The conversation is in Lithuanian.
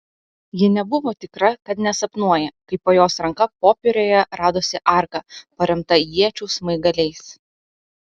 ji nebuvo tikra kad nesapnuoja kai po jos ranka popieriuje radosi arka paremta iečių smaigaliais